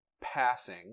passing